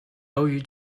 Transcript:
由于